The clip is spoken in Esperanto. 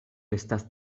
estas